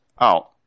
out